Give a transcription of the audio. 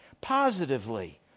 positively